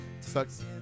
Sucks